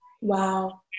Wow